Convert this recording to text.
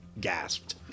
gasped